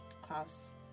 Klaus